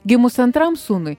gimus antram sūnui